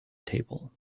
table